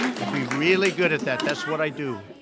i'd be really good at that. that's what i do.